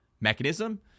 mechanism